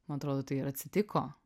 man atrodo tai ir atsitiko